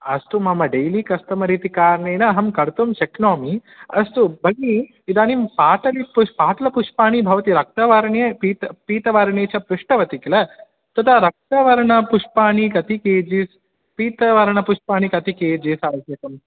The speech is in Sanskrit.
अस्तु मम डेय्लि कस्टमर् इति कारणेन अहं कर्तुं शक्नोमि अस्तु भगिनी इदानीं पाटलपुष्पाणि भवति रक्तवर्णे पीत पीतवर्णे च पृष्टवति किल तदा रक्तवर्णपुष्पाणि कति के जीस् पीतवर्णपुष्पाणि कति के जीस् आवश्यकम्